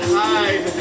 hide